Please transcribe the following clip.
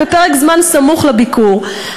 סמוך לביקור,